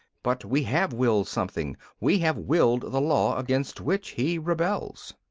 but we have willed something. we have willed the law against which he rebels.